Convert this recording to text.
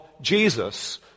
Jesus